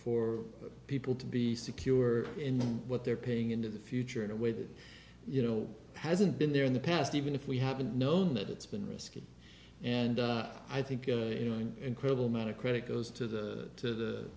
for people to be secure in what they're paying into the future in a way that you know hasn't been there in the past even if we haven't known that it's been risky and i think the incredible amount of credit goes to the